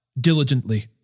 diligently